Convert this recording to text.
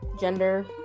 gender